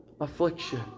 affliction